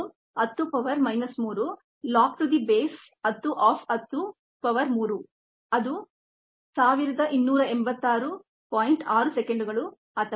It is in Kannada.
ಆಶಾದಾಯಕವಾಗಿ ನೀವು ಈ ಹಂತಗಳನ್ನು ಅರ್ಥಮಾಡಿಕೊಂಡಿದ್ದೀರಿ ಮತ್ತು ನೀವು ಅದನ್ನು ಪರಿಹರಿಸಲು ಪ್ರಯತ್ನಿಸುತ್ತೀರಿ ಅದು ನಿಮಗೆ ಸ್ವಾಭಾವಿಕವಲ್ಲದಿದ್ದರೆ ಮತ್ತು ನೀವು ಪ್ರಯತ್ನಿಸಿದರೆ ಕ್ಲೋಸ್ಡ್ ಎಂಡೆಡ್ ಸಮಸ್ಯೆಗಳನ್ನು ಪರಿಹರಿಸಲು ನಿಮಗೆ ಸಾಧ್ಯವಾಗುತ್ತದೆ ಎಂದು ನನಗೆ ಖಾತ್ರಿಯಿದೆ